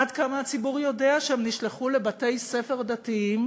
עד כמה הציבור יודע שהם נשלחו לבתי-ספר דתיים